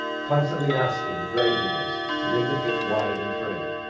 constantly asking the gravediggers to dig the pit wide and free.